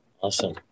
Awesome